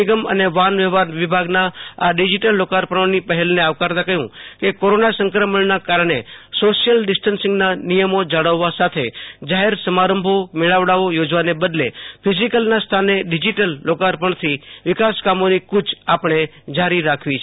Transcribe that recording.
નિગમ અને વાહનવ્યવહાર વિભાગના આ ડિજિટલ લોકાર્પણોની પહેલને આવકારતાં કહ્યું કે કોરોના સંક્રમણના કારણે સોશિયલ ડિસ્ટન્સિંગના નિયમો જાળવવા સાથે જાહેર સમારંભો મેળાવડાઓ યોજવાને બદુલે ફિઝિકેલના સ્થાને ડિજિટલ લોકાર્પણથી વિકાસકામોની કૂચ આપણે જારી રાખવી છે